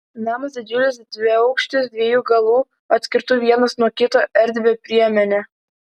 namas didžiulis dviaukštis dviejų galų atskirtų vienas nuo kito erdvia priemene